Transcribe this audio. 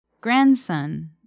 Grandson